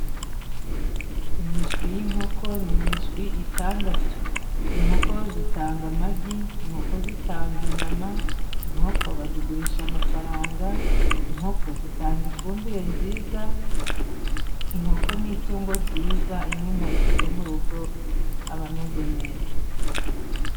Imishwi y'inkoko ni imishwi itandatu, inkoko zitanga amagi, inkoko zitanga inyama, inkoko bazigurisha amafaranga, inkoko zitanga ifumbire nziza, inkoko ni itungo ryiza, iyo umuntu arifite mu rugo aba ameze neza.